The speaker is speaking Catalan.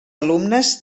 alumnes